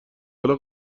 حالا